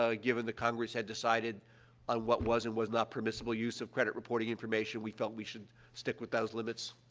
ah given that congress had decided on what was and was not permissible use of credit reporting information, we felt we should stick with those limits.